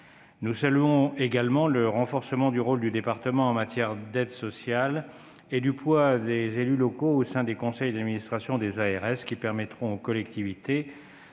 Nous saluons également le renforcement du rôle du département en matière d'aide sociale et du poids des élus locaux au sein des conseils d'administration des ARS, ce qui permettra aux collectivités